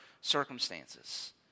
circumstances